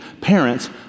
Parents